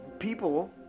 people